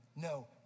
No